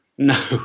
No